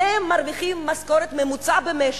שניהם מרוויחים משכורת ממוצעת במשק,